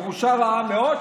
ירושה רעה מאוד,